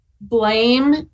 blame